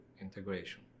integration